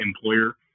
employer